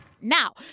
Now